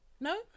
No